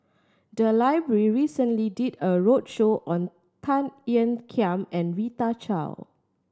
the library recently did a roadshow on Tan Ean Kiam and Rita Chao